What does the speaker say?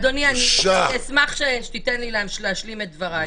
אדוני, אני אשמח שתיתן לי להשלים את דבריי.